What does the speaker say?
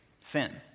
sin